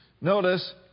notice